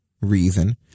reason